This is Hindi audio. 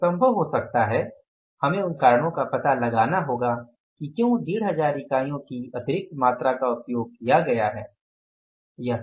तो यह संभव हो सकता है हमें उन कारणों का पता लगाना होगा कि क्यों 1500 इकाइयों की अतिरिक्त मात्रा का उपयोग किया गया है